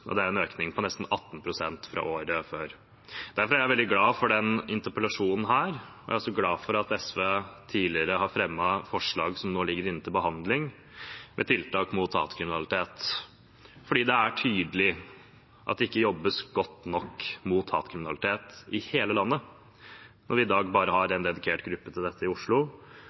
og det er en økning på nesten 18 pst. fra året før. Derfor er jeg veldig glad for denne interpellasjonen. Jeg er også glad for at SV tidligere har fremmet forslag som nå ligger inne til behandling, med tiltak mot hatkriminalitet. For det er tydelig at det ikke jobbes godt nok mot hatkriminalitet i hele landet, når vi i dag bare har en dedikert gruppe til dette i Oslo